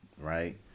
right